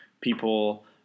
people